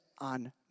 on